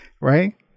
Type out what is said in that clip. Right